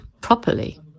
properly